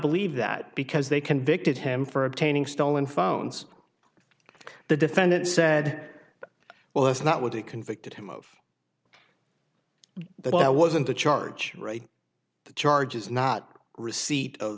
believe that because they convicted him for obtaining stolen phones the defendant said well that's not what they convicted him of that i wasn't to charge the charges not receipt of